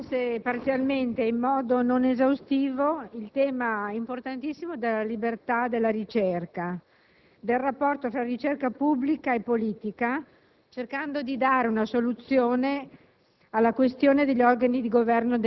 affrontiamo, anche se parzialmente e in modo non esaustivo, il tema importantissimo della libertà della ricerca, del rapporto fra ricerca pubblica e politica, cercando di dare una soluzione